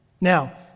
Now